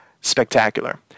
spectacular